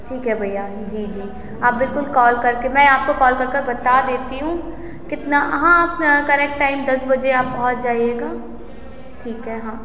ठीक है भैया जी जी आप बिल्कुल कल करके मैं आपको कल करकर बता देती हूँ कितना हाँ करेक्ट टाइम दस बजे आप पहुँच जाइएगा ठीक है हाँ